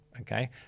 okay